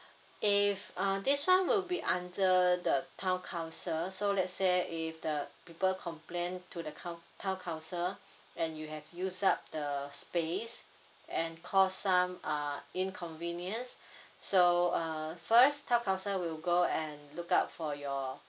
if uh this one will be under the town council so let's say if the people complain to the coun~ town council and you have used up the space and cause some uh inconvenience so uh first town council will go and look out for your